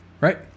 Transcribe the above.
right